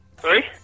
Sorry